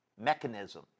mechanism